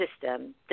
system